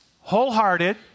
wholehearted